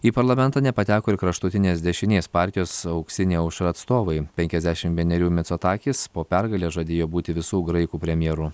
į parlamentą nepateko ir kraštutinės dešinės partijos auksinė aušra atstovai penkiasdešim vienerių micotakis po pergalės žadėjo būti visų graikų premjeru